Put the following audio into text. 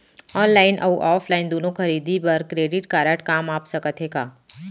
Online अऊ offline दूनो खरीदी बर क्रेडिट कारड काम आप सकत हे का?